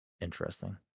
Interesting